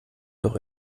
doch